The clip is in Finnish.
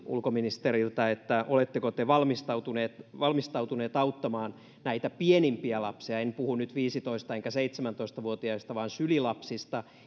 ulkoministeriltä oletteko te valmistautuneet valmistautuneet auttamaan näitä pienimpiä lapsia en puhu nyt viisitoista enkä seitsemäntoista vuotiaista vaan sylilapsista